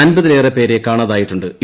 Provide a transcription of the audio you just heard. അൻപതിലേറെ പേരെ കാണാതായിട്ടു ്